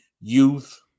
youth